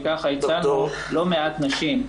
וכך הצלנו לא מעט נשים.